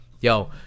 Yo